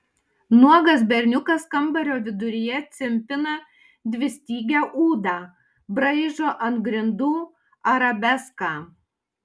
nuogas berniukas kambario viduryje cimpina dvistygę ūdą braižo ant grindų arabeską